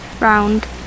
round